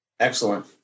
Excellent